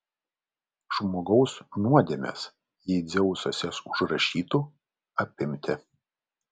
žmogaus nuodėmes jei dzeusas jas užrašytų apimti